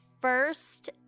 first